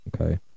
Okay